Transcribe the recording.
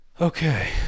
okay